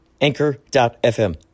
anchor.fm